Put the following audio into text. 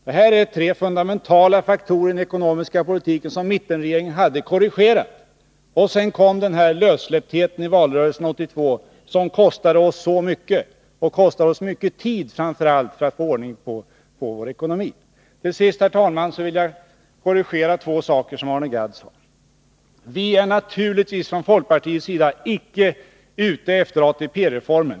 Det är tre fundamentala faktorer i den ekonomiska politiken, som mittenregeringen hade korrigerat. Sedan kom lössläpptheten i valrörelsen 1982, som kostade oss så mycket — och som framför allt kostar oss mycket tid för att få ordning på vår ekonomi. Till sist vill jag, herr talman, korrigera två saker som Arne Gadd sade. För det första: Vi från folkpartiets sida är naturligtvis icke ute efter att försämra ATP-reformen.